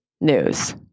news